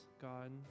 God